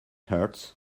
hurts